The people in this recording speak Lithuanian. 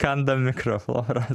kanda mikroflorą